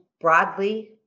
broadly